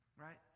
right